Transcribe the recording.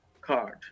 card